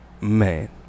man